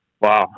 Wow